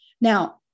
Now